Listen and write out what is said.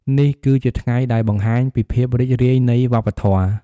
នេះគឺជាថ្ងៃដែលបង្ហាញពីភាពរីករាយនៃវប្បធម៌។